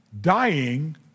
Dying